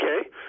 okay